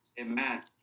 Amen